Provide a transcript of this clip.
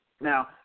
Now